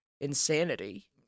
insanity